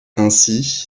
ainsi